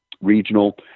regional